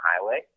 highway